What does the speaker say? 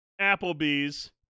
Applebee's